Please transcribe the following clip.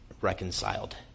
reconciled